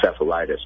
encephalitis